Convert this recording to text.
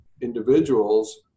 individuals